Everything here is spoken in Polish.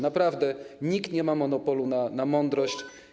Naprawdę nikt nie ma monopolu na mądrość.